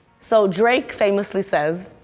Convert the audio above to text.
so drake famously says,